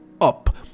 up